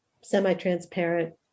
semi-transparent